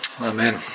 Amen